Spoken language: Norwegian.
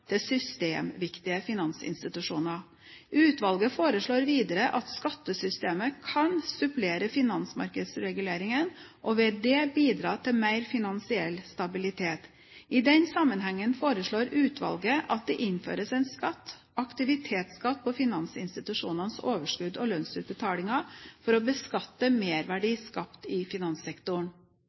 til systemviktige finansinstitusjoner. Utvalget foreslår videre at skattesystemet kan supplere finansmarkedsreguleringen og ved det bidra til mer finansiell stabilitet. I den sammenhengen foreslår utvalget at det innføres en skatt – aktivitetsskatt – på finansinstitusjonenes overskudd og lønnsutbetalinger for å beskatte merverdi skapt i finanssektoren.